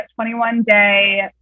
21-day